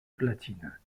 platine